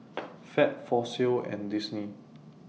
Fab Fossil and Disney